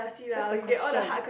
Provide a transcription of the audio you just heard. that's the question